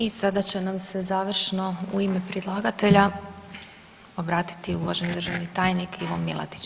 I sada će nam se završno u ime predlagatelja obratiti uvaženi državni tajnik Ivo Milatić.